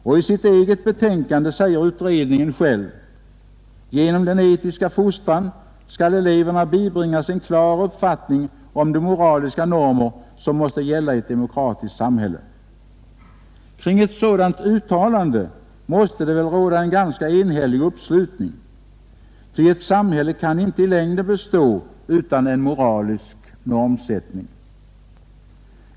Och i sitt betänkande säger utredningen själv: ”Genom den etiska fostran skall eleverna bibringas en klar uppfattning om de moraliska normer som måste gälla i ett demokratiskt samhälle.” Kring ett sådant uttalande måste det väl råda en ganska enhällig uppslutning, ty ett samhälle kan inte i längden bestå utan en moralisk normsättning.